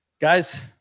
guys